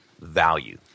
value